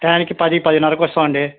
టయానికి పది పదిన్నరకి వస్తాం అండి